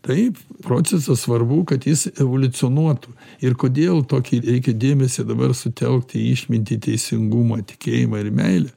taip procesas svarbu kad jis evoliucionuotų ir kodėl tokį reikia dėmesį dabar sutelkt į išmintį teisingumą tikėjimą ir meilę